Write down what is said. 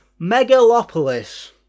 Megalopolis